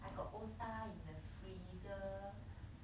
I got otah in the freezer